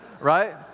Right